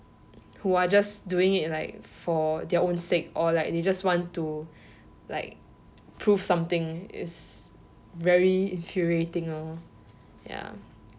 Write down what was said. who are just doing it like for their own sake or like they just want to like prove something is very infuriating thing lor ya